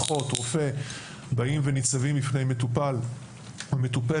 האחות הרופא ניצבים בפני מטופל או מטופלת